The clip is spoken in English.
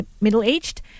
middle-aged